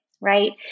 right